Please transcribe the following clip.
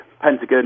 Pentagon